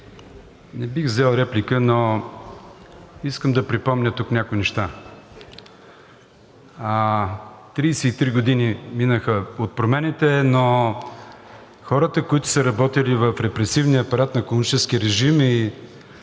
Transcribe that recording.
не бих взел реплика, но искам да припомня тук някои неща. Тридесет и три години минаха от промените, но хората, които са работили в репресивния апарат на комунистическия режим,